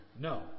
No